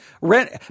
rent